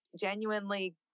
genuinely